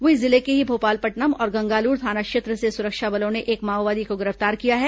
वहीं जिले के ही भोपालपट्नम और गंगालूर थाना क्षेत्र से सुरक्षा बलों ने एक माओवादी को गिरफ्तार किया है